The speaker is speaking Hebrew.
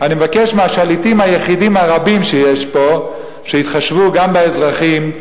אני מבקש מהשליטים היחידים הרבים שיש פה שיתחשבו גם באזרחים,